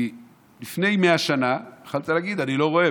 כי לפני 100 שנה יכולת להגיד: אני לא רואה,